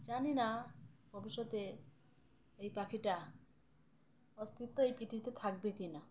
জানি না ভবিষ্যতে এই পাখিটা অস্তিত্ব এই পৃথিবীতে থাকবে কি না